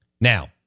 Now